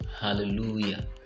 hallelujah